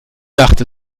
dachte